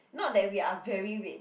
not that we are very red